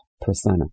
persona